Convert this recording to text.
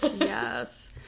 Yes